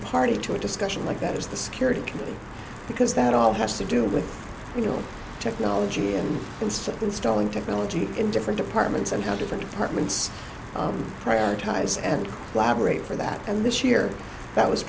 party to a discussion like that is the security because that all has to do with you know technology and instant stalling technology in different departments and how different departments prioritize and collaborate for that and this year that was